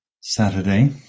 Saturday